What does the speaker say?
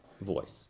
voice